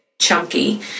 chunky